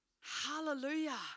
Hallelujah